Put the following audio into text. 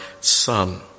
son